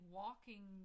walking